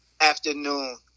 afternoon